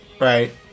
right